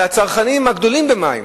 על הצרכנים הגדולים של מים,